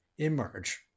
emerge